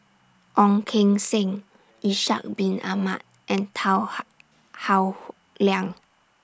Ong Keng Sen Ishak Bin Ahmad and Tan How Howe Liang